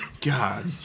God